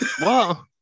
Wow